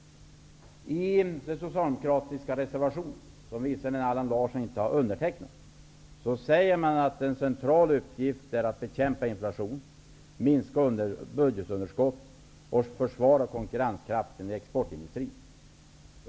I Socialdemokraternas reservation, som Allan Larsson visserligen inte har undertecknat, står det att det är en central uppgift att bekämpa inflationen, att minska budgetunderskottet och att försvara konkurrenskraften i exportindustrin.